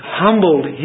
humbled